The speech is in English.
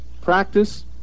practice